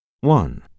One